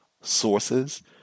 sources